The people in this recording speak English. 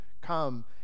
come